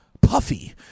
Puffy